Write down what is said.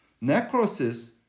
Necrosis